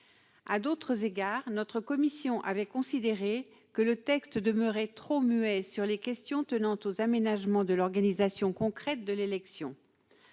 À d'autres égards, notre commission avait considéré que le texte demeurait trop muet sur les questions tenant aux aménagements de l'organisation concrète de l'élection.